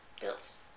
Bill's